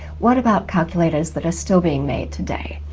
what about calculators that are still being made today?